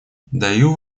даю